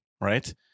right